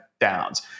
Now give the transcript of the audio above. downs